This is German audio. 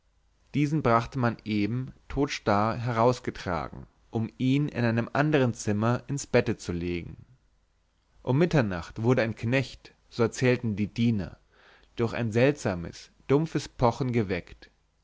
diesen brachte man eben todstarr herausgetragen um ihn in einem andern zimmer ins bette zu legen um mitternacht wurde ein knecht so erzählten die diener durch ein seltsames dumpfes pochen geweckt